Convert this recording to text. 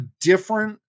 different